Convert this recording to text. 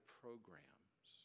programs